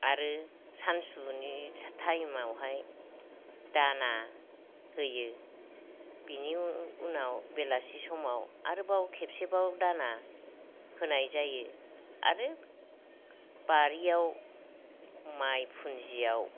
आरो सानसुनि टाइमआवहाय दाना होयो बिनि उनाव बेलासि समाव आरोबाव खेबसेबाव दाना होनाय जायो आरो बारिआव माइ फुन्जिआव